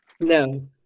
No